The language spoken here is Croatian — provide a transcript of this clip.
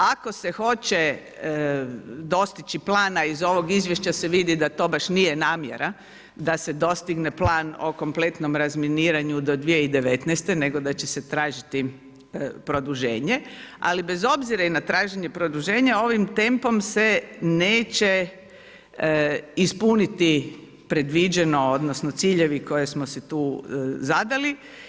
Ako se hoće dostići plana iz ovog izvješća se vidi da to baš nije namjera da se dostigne plan o kompletnom razminiranju do 2019. nego da će se tražiti produženje, ali bez obzira i na traženje produženja ovim tempom se neće ispuniti predviđeno odnosno ciljevi koje smo si tu zadali.